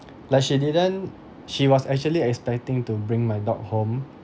like she didn't she was actually expecting to bring my dog home